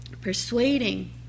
persuading